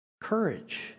courage